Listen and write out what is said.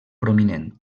prominent